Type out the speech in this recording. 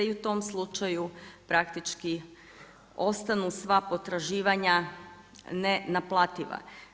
I u tom smislu praktički ostanu sva potraživanja ne naplativa.